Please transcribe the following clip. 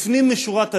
לפנים משורת הדין,